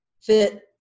fit